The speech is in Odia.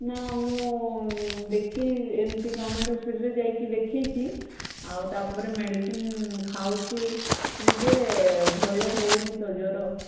ନା ମୁଁ ଦେଖେଇ ଏମିତି ଗଭରନମେଣ୍ଟ ହସ୍ପିଟାଲ୍ରେ ଯାଇକି ଦେଖେଇଛି ଆଉ ତାପରେ ମେଡିସିନ୍ ଖାଉଛି ଯେ ଭଲ ହେଉନି ତ ଜ୍ୱର